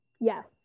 Yes